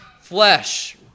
flesh